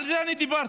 על זה אני דיברתי.